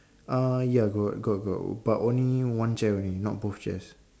uh ya got got got but only one chair only not both chairs